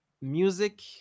music